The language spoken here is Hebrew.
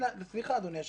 סליחה אדוני היושב-ראש,